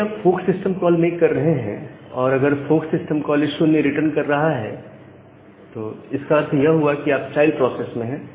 जब भी आप फोर्क सिस्टम कॉल मेक कर रहे हैं और अगर फोर्क सिस्टम कॉल 0 रिटर्न कर रहा है तो इसका अर्थ यह हुआ कि आप चाइल्ड प्रोसेस में है